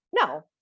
No